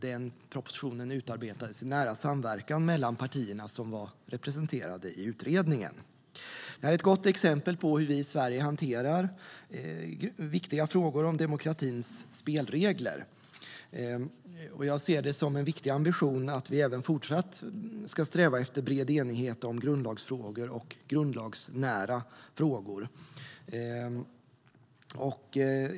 Den propositionen utarbetades i nära samverkan mellan partierna som var representerade i utredningen. Det här är ett gott exempel på hur vi i Sverige hanterar viktiga frågor om demokratins spelregler. Jag ser det som en viktig ambition att vi även i fortsättningen ska sträva efter bred enighet om grundlagsfrågor och grundlagsnära frågor.